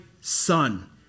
son